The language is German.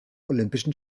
olympischen